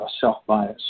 self-bias